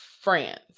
France